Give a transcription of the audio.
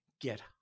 get